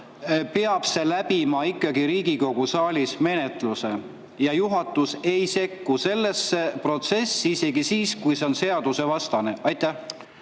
peab see läbima ikkagi Riigikogu saalis menetluse ja juhatus ei sekku sellesse protsessi isegi siis, kui see on seadusvastane. Hea